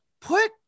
put